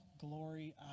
glory